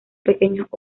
pequeños